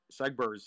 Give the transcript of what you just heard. segbers